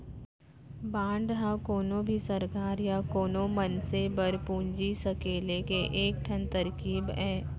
bond ह कोनो भी सरकार या कोनो मनसे बर पूंजी सकेले के एक ठन तरकीब अय